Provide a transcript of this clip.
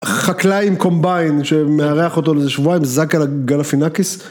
חקלאי עם קומביין, שמארח אותו לזה שבוע עם זאקה לגלפינקיס.